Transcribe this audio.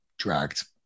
dragged